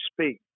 speak